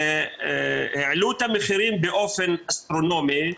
העלו את המחירים באופן אסטרונומי.